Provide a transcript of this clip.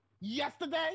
yesterday